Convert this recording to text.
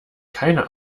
keine